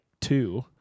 two